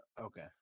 okay